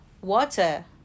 Water